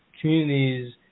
communities